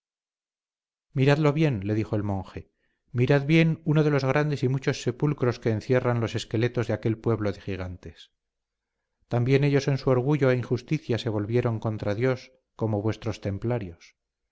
miradlo bien le dijo el monje mirad bien uno de los grandes y muchos sepulcros que encierran los esqueletos de aquel pueblo de gigantes también ellos en su orgullo e injusticia se volvieron contra dios como vuestros templarios